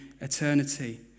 eternity